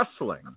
wrestling